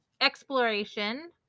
Exploration